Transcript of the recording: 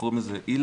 שקוראים לה ILAC,